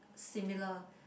similar